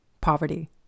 poverty